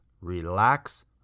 relax